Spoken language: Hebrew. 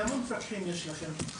כמה מפקחים יש לכם?